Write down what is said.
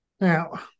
Now